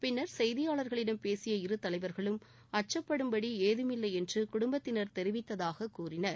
பின்னர் செய்தியாளர்களிடம் பேசிய இரு தலைவர்களும் அச்சப்படும்படி ஏதுமில்லை என்று குடும்பத்தினர் தெரிவித்ததாக கூறினர்